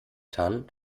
tan